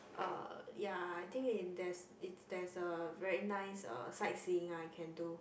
uh ya I think in there's if there's a very nice uh sightseeing I can do